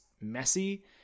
messy